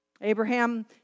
Abraham